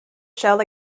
shell